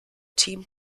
team